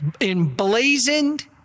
emblazoned